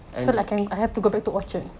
and